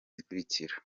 zikurikira